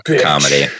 Comedy